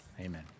Amen